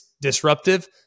disruptive